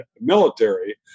military